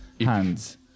hands